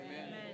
amen